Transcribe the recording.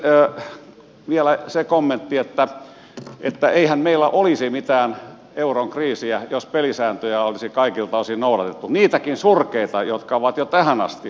sitten vielä se kommentti että eihän meillä olisi mitään euron kriisiä jos pelisääntöjä olisi kaikilta osin noudatettu niitäkin surkeita jotka ovat jo tähän asti olleet